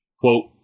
Quote